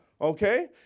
Okay